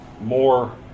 more